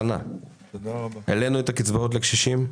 העלינו את הקצבאות לקשישים,